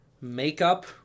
makeup